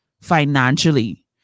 financially